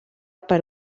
per